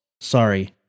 Sorry